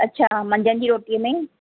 अच्छा मंझंनि जी रोटीअ में